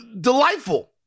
Delightful